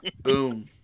Boom